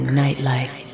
nightlife